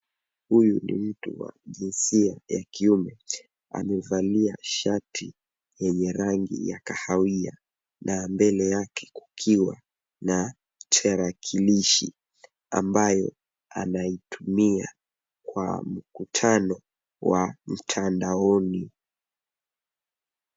Huyu ni mtu wa jinsia ya kiume. Amevalia shati yenye rangi ya kahawia na mbele yake kukiwa na tarakilishi ambayo anaitumia kwa mkutano wa mtandaoni.